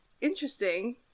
interesting